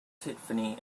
tiffany